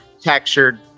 textured